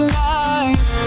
life